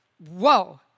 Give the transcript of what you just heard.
Whoa